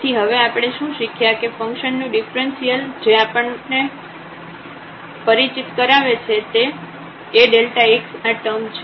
તેથી હવે આપણે શું શીખ્યા કે ફંકશન નું ડિફ્રન્સિઅલ જે આપણને તરીકે પરિચિત કરાવે છે જે AΔxઆ ટર્મ છે